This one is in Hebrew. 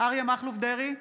אריה מכלוף דרעי,